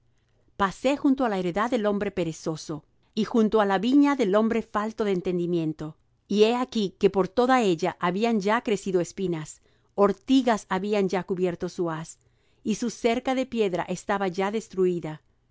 pasé junto á la heredad del hombre perezoso y junto á la viña del hombre falto de entendimiento y he aquí que por toda ella habían ya crecido espinas ortigas habían ya cubierto su haz y su cerca de piedra estaba ya destruída